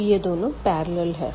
तो यह दोनों पेरलल है